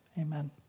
Amen